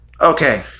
Okay